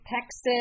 Texas